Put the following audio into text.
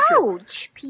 Ouch